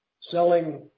selling